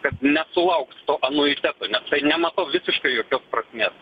kad nesulauks to anuiteto nes tai nematau visiškai jokios prasmės